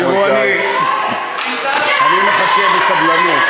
אני מחכה בסבלנות.